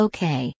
Okay